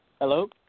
Hello